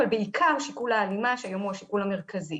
אבל בעיקר שיקול ההלימה שהיום הוא השיקול המרכזי